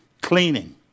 cleaning